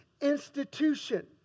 institution